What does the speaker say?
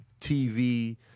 TV